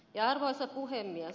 arvoisa puhemies